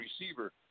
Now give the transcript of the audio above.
receiver